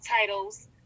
titles